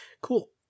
Cool